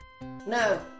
No